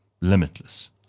limitless